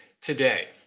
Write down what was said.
today